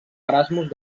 erasmus